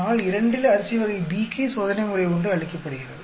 நாள் இரண்டில் அரிசி வகை B க்கு சோதனைமுறை ஒன்று அளிக்கப்படுகிறது